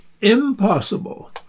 impossible